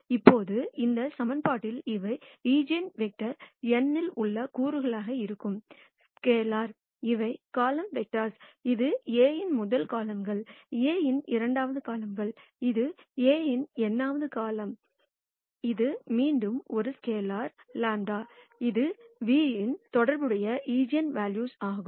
இப்போது இந்த சமன்பாட்டில் இவை ஈஜென்வெக்டர் n இல் உள்ள கூறுகளாக இருக்கும் ஸ்கேலார் இவை காலம்கள் வெக்டர்ஸ் இது A இன் முதல் காலம்கள் A இன் இரண்டாவது காலம்கள் இது A இன் n வது காலம்கள் சை இது மீண்டும் ஒரு ஸ்கேலார் λ இது v உடன் தொடர்புடைய ஈஜென்வெல்யூ ஆகும்